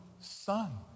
son